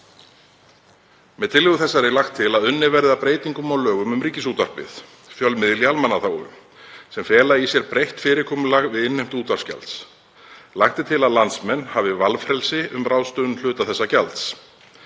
Með tillögu þessari er lagt til að unnið verði að breytingum á lögum um Ríkisútvarpið, fjölmiðil í almannaþágu, nr. 23/2013, sem fela í sér breytt fyrirkomulag við innheimtu útvarpsgjalds. Lagt er til að landsmenn hafi valfrelsi um ráðstöfun hluta þessa gjalds.